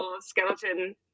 skeleton